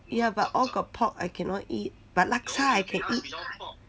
ya but all got pork I cannot eat but laksa I can eat